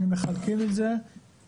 אנחנו מחלקים את זה 30%